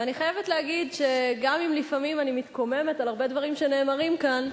ואני חייבת להגיד שגם אם לפעמים אני מתקוממת על הרבה דברים שנאמרים כאן,